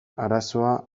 arazoa